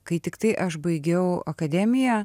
kai tiktai aš baigiau akademiją